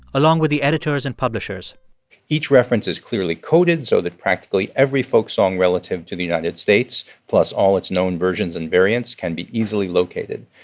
along with the editors and publishers each reference is clearly coded so that practically every folksong relative to the united states, plus all its known versions and variants, can be easily located.